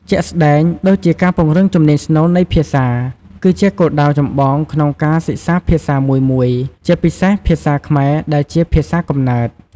ជាក់ស្ដែងដូចជា ការពង្រឹងជំនាញស្នូលនៃភាសា គឺជាគោលដៅចម្បងក្នុងការសិក្សាភាសាមួយៗ ជាពិសេសភាសាខ្មែរដែលជាភាសាកំណើត។